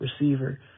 receiver